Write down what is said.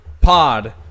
Pod